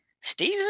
Steve's